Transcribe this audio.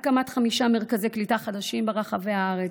הקמת חמישה מרכזי קליטה חדשים ברחבי הארץ,